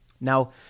Now